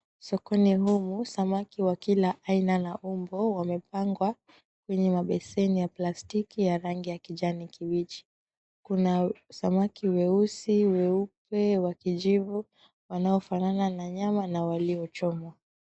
Sokoni humu, samaki wa kila aina la umbo wamepangwa kwenye mabeseni ya plastiki ya rangi ya kijani kibichi. Kuna samaki weusi, weupe, wa kijivu wanaofanana na nyama na waliochomwa.